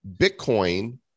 Bitcoin